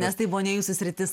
nes tai buvo ne jūsų sritis